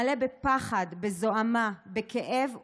מלא בפחד, בזוהמה, בכאב ובמוות,